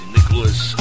Nicholas